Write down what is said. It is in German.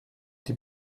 die